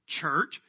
church